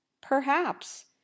Perhaps